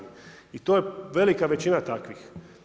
I to je velika većina takvih.